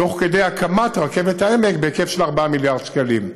תוך כדי הקמת רכבת העמק בהיקף של 4 מיליארד שקלים,